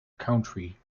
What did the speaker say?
country